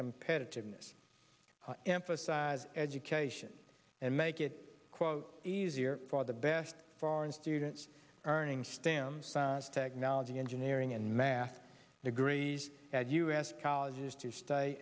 competitiveness emphasize education and make it quote easier for the best foreign students earning stands as technology engineering and math degrees at u s colleges to stay